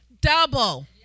double